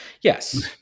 Yes